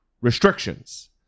restrictions